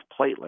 platelets